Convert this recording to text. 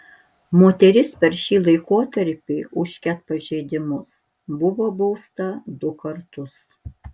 moteris per šį laikotarpį už ket pažeidimus buvo bausta du kartus